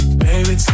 baby